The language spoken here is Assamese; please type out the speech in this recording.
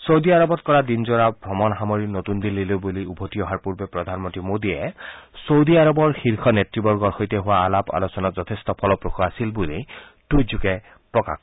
ছৌদি আৰৱত কৰা দিনজোৰা ভ্ৰমণ সামৰি নতুন দিল্লীলৈ বুলি উভতি অহাৰ পূৰ্বে প্ৰধানমন্ত্ৰী মোডীয়ে ছৌদি আৰৱৰ শীৰ্ষ নেতৃবৰ্গৰ সৈতে হোৱা আলাপ আলোচনা যথেষ্ট ফলপ্ৰসু আছিল বুলি টুইটযোগে প্ৰকাশ কৰে